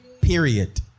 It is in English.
period